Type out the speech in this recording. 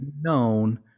known